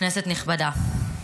כנסת נכבדה,